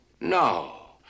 No